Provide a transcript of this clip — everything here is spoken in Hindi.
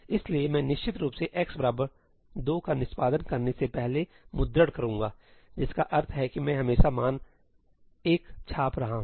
इसलिए मैं निश्चित रूप से 'x 2' का निष्पादन करने से पहले मुद्रण करूंगा जिसका अर्थ है कि मैं हमेशा मान 1 छाप रहा हूं